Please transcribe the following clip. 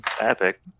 epic